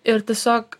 ir tiesiog